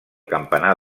campanar